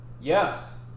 Yes